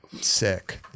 sick